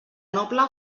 noble